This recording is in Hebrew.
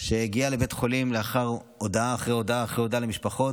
שהגיעה לבית חולים לאחר הודעה אחרי הודעה אחרי הודעה למשפחות,